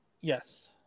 Yes